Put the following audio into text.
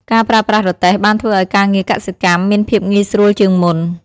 ការប្រើប្រាស់រទេះបានធ្វើឱ្យការងារកសិកម្មមានភាពងាយស្រួលជាងមុន។